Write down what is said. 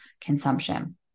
consumption